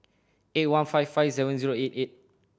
eight one five five seven zero eight eight